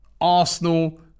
Arsenal